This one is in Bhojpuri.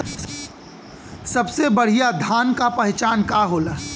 सबसे बढ़ियां धान का पहचान का होला?